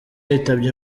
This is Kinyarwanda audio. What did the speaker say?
yitabye